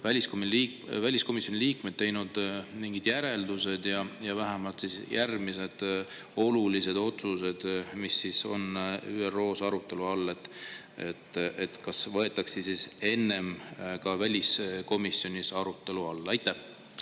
väliskomisjoni liikmed teinud mingid järeldused ja kas vähemalt järgmised olulised otsused, mis on ÜRO‑s arutelu all, võetakse enne ka väliskomisjonis arutelu alla? Aitäh